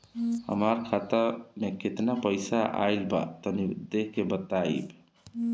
हमार खाता मे केतना पईसा आइल बा तनि देख के बतईब?